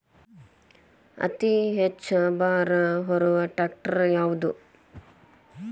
ಅತಿ ಹೆಚ್ಚ ಭಾರ ಹೊರು ಟ್ರ್ಯಾಕ್ಟರ್ ಯಾದು?